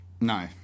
No